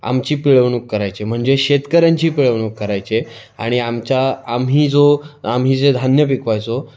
आमची पिळवणूक करायचे म्हणजे शेतकऱ्यांची पिळवणूक करायचे आणि आमच्या आम्ही जो आम्ही जे धान्य पिकवायचो